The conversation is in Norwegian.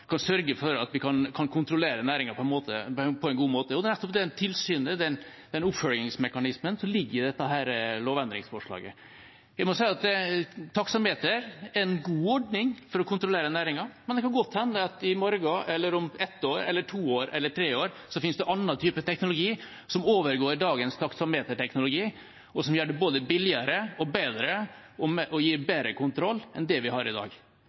sørge for at vi kan kontrollere næringen på en god måte. Det er nettopp det tilsynet, den oppfølgingsmekanismen, som ligger i dette lovendringsforslaget. Jeg må si at taksameter er en god ordning for å kontrollere næringen, men det kan godt hende at det i morgen eller om ett år eller to år eller tre år finnes en annen type teknologi, som overgår dagens taksameterteknologi, og som gjør det både billigere og bedre og gir bedre kontroll enn det vi har i dag.